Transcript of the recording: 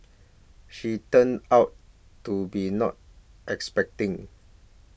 she turned out to be not expecting